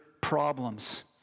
problems